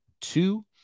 two